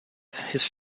his